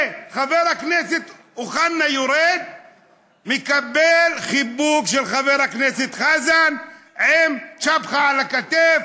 חבר הכנסת אוחנה יורד ומקבל חיבוק של חבר הכנסת חזן עם צ'פחה על הכתף.